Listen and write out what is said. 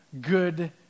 good